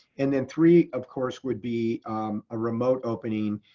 and then three of course, would be a remote opening.